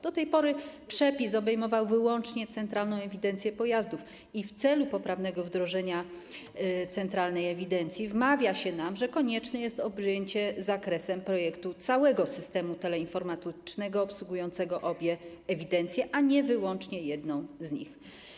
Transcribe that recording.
Do tej pory przepis obejmował wyłącznie centralną ewidencję pojazdów i w celu poprawnego wdrożenia centralnej ewidencji wmawia się nam, że konieczne jest objęcie zakresem projektu całego systemu teleinformatycznego obsługującego obie ewidencje, a nie wyłącznie jedną z nich.